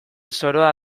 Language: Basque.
zoroa